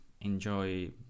enjoy